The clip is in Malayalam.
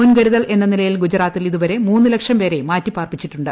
മുൻകരുതൽ എന്ന നിലയിൽ ഗുജറിൽതിൽ ഇതുവരെ മൂന്ന് ലക്ഷം പേരെ മാറ്റിപാർപ്പിച്ചിട്ടുണ്ട്